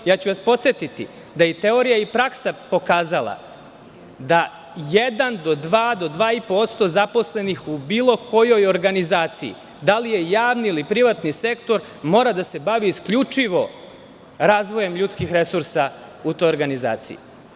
Podsetiću vas da je i teorija i praksa pokazala da jedan, do dva, dva i po posto zaposlenih u bilo kojoj organizaciji, da li je javni ili privatni sektor, mora da se bavi isključivo razvojem ljudskih resursa u toj organizaciji.